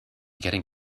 getting